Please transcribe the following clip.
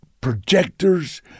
projectors